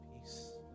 peace